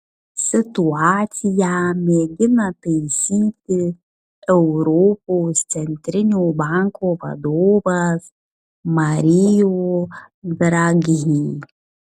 situaciją mėgina taisyti europos centrinio banko vadovas mario draghi